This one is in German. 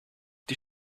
die